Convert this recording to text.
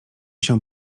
się